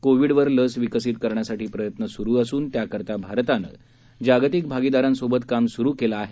कोविडवर लस विकसित करण्यासाठी प्रयत्न सुरु असून त्याकरता भारतानं जागतिक भागीदारांसोबत काम सुरु केलं आहे